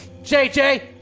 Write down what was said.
JJ